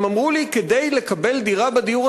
והם אמרו לי שכדי לקבל דירה בדיור